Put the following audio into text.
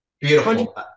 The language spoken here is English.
Beautiful